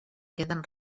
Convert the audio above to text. queden